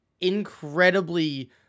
incredibly